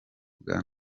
bwa